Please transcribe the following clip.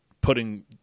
putting